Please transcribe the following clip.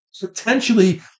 potentially